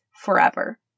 forever